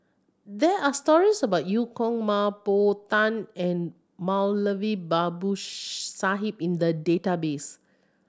there are stories about Eu Kong Mah Bow Tan and Moulavi Babu Sahib in the database